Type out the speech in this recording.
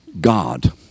God